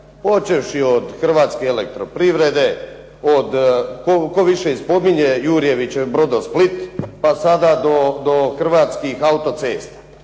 Počevši od Hrvatske elektroprivrede, tko više spominje Jurjevićev Brodosplit, pa sada do Hrvatskih autocesta.